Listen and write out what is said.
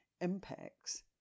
impacts